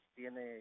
tiene